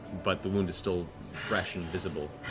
but the wound is still fresh and visible.